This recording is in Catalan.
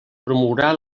promourà